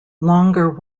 longer